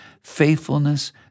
faithfulness